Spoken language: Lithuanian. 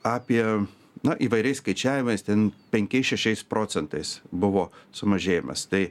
apie na įvairiais skaičiavimais ten penkiais šešiais procentais buvo sumažėjimas tai